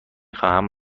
خواهم